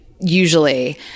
usually